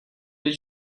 did